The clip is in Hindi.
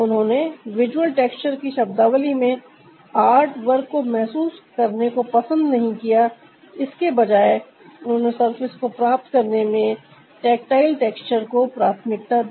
उन्होंने विजुअल टेक्सचर की शब्दावली में आर्टवर्क को महसूस करने को पसंद नहीं किया इसके बजाए उन्होंने सर्फेस को प्राप्त करने में टीएक्टाइल टेक्सचर को प्राथमिकता दी